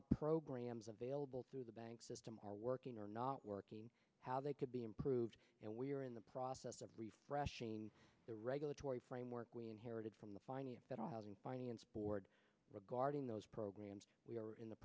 the programs available to the banks system are working or not working how they could be improved and we are in the process of refreshing the regulatory framework we inherited from the final that all housing finance board regarding those programs we are in the